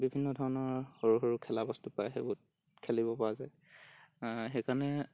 বিভিন্নধৰণৰ সৰু সৰু খেলাবস্তু পায় সেইবোৰ খেলিবপৰা যায় সেইকাৰণে